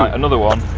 another one.